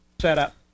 setup